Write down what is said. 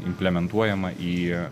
implementuojama į